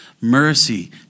Mercy